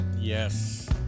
Yes